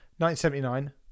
1979